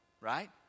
right